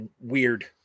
weird